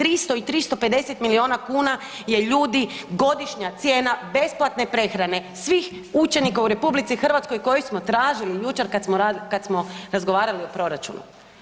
300 i 350 milijuna kuna je ljudi godišnja cijena besplatne prehrane svih učenika u RH koje smo tražili jučer kad smo razgovarali o proračunu.